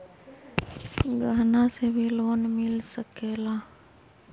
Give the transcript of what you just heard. गहना से भी लोने मिल सकेला?